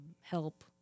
help